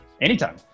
Anytime